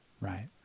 Right